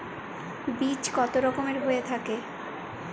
বীজ কত রকমের হয়ে থাকে?